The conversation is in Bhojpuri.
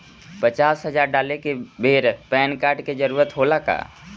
पचास हजार डाले के बेर पैन कार्ड के जरूरत होला का?